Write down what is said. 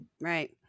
Right